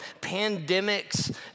pandemics